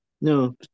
No